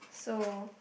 so